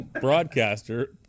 broadcaster